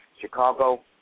Chicago